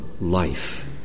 life